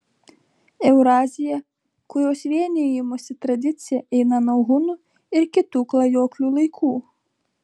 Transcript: eurazija kurios vienijimosi tradicija eina nuo hunų ir kitų klajoklių laikų